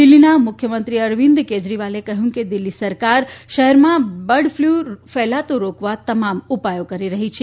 દિલ્હીના મુખ્યમંત્રી અરવિંદ કેજરીવાલે કહ્યું કે દિલ્હી સરકાર શહેરમાં બર્ડફ્લુ ફેલાતો રોકવા તમામ ઉપાયો કરી રહી છે